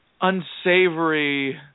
unsavory